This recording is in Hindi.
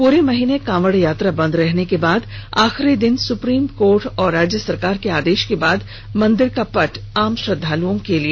पूरे महीने कांवड़ यात्रा बंद रहने के बाद आखिरी दिन सुप्रीम कोर्ट और राज्य सरकार के आदेश के बाद मंदिर का पट आम श्रद्दालुओं के लिए खोला गया था